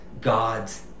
god's